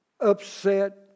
upset